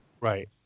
Right